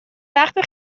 وقتی